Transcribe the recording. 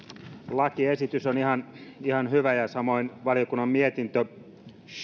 lakiesitys on ihan ihan hyvä ja samoin valiokunnan mietintö